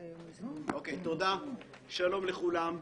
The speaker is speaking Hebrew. שלום לכולם.